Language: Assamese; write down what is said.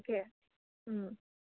তাকে